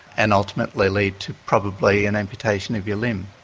and ultimately lead to probably an amputation of your limb?